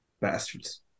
Bastards